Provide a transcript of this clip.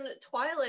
Twilight